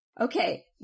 okay